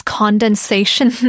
condensation